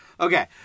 Okay